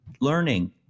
learning